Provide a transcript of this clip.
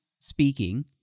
speaking